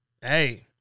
Hey